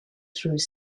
through